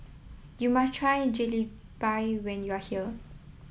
you must try Jalebi when you are here